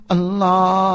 Allah